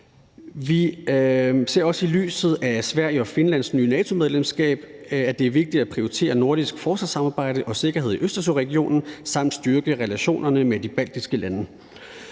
Vi mener også, set i lyset af Sveriges og Finlands nye NATO-medlemskab, at det er vigtigt at prioritere et nordisk forsvarssamarbejde og sikkerheden i Østersøregionen samt at styrke relationerne med de baltiske lande,